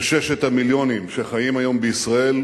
וששת המיליונים שחיים היום בישראל,